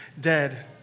dead